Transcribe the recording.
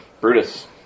Brutus